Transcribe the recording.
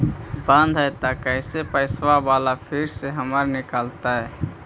बन्द हैं त कैसे पैसा बाला फिर से हमर निकलतय?